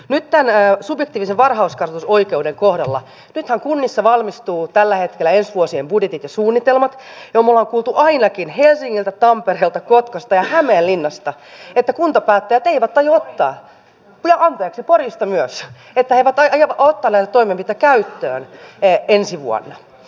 nyt tämän subjektiivisen varhaiskasvatusoikeuden kohdalla nythän kunnissa valmistuvat tällä hetkellä ensi vuosien budjetit ja suunnitelmat me olemme kuulleet ainakin helsingistä tampereelta kotkasta ja hämeenlinnasta että kuntapäättäjät eivät aio ottaa anteeksi porista myös näitä toimenpiteitä käyttöön ensi vuonna